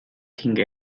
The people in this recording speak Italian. king